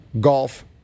golf